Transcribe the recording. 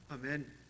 Amen